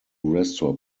restore